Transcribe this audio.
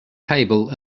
table